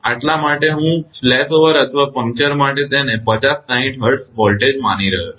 એટલા માટે જ હું ફ્લેશઓવર અથવા પંચર માટે તેને 5060 હર્ટ્ઝ વોલ્ટેજ બનાવી રહ્યો છું